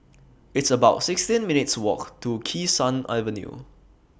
It's about sixteen minutes' Walk to Kee Sun Avenue